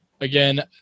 Again